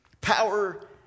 power